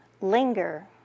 linger